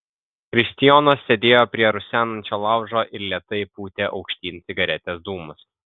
kristijonas sėdėjo prie rusenančio laužo ir lėtai pūtė aukštyn cigaretės dūmus